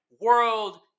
world